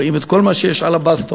רואים את כל מה שיש על הבסטות